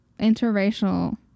interracial